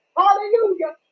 hallelujah